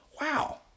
wow